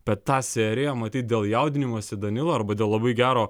bet tą seriją matyt dėl jaudinimosi danilo arba dėl labai gero